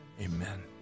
Amen